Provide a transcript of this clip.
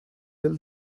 till